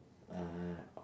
(uh huh)